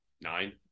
Nine